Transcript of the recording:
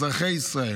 אזרחי ישראל,